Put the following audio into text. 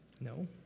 No